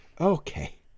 Okay